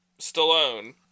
Stallone